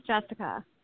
Jessica